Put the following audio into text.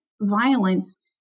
violence